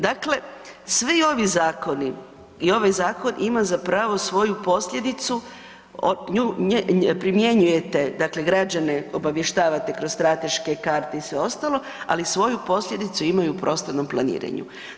Dakle, svi ovi zakoni i ovaj zakon ima zapravo svoju posljedicu, nju primjenjujete dakle građane obavještavate kroz strateške karte i sve ostalo, ali svoju posljedicu ima i u prostornom planiranju.